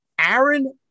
Aaron